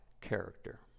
character